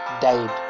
died